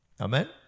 Amen